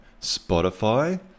Spotify